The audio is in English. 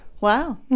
Wow